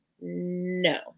No